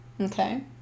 okay